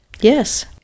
Yes